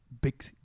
big